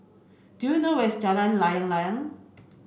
do you know where is Jalan Layang Layang